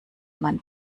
man